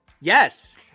Yes